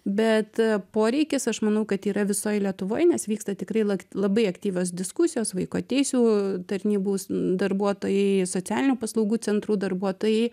bet poreikis aš manau kad yra visoj lietuvoj nes vyksta tikrai labai aktyvios diskusijos vaiko teisių tarnybos darbuotojai socialinių paslaugų centrų darbuotojai